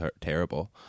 terrible